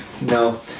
No